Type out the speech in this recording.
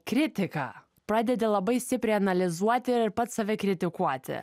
kritiką pradedi labai stipriai analizuoti ir pats save kritikuoti